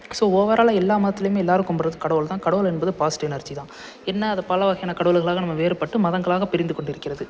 so ஓவராலாக எல்லா மதத்திலையுமே எல்லாரும் கும்பிட்றது கடவுள்தான் கடவுள் என்பது பாசிட்டிவ் எனர்ஜி தான் என்ன அதை பல வகையான கடவுள்களாக நம்ம வேறுப்பட்டு மதங்களாக பிரிந்து கொண்டு இருக்கிறது